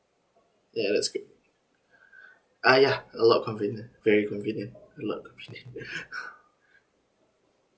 ya that's good ah ya a lot convenient very convenient a lot convenient